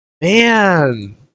man